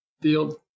Field